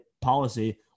policy